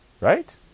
Right